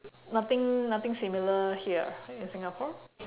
nothing nothing similar here in singapore